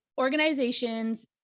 organizations